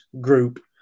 group